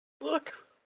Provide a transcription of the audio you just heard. Look